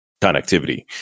connectivity